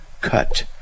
cut